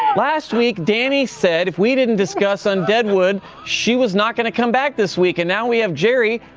last week, dani said if we didn't discuss undeadwood, she was not going to come back this week, and now we have jerry.